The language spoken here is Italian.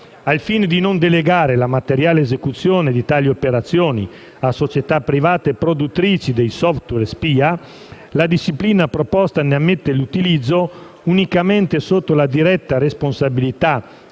Al fine di non delegare la materiale esecuzione di tali operazioni a società private produttrici dei *software* spia, la disciplina proposta ne ammette l'utilizzo unicamente sotto la diretta responsabilità